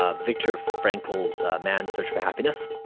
ah victor frankl's man's search for happiness.